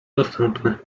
dostępny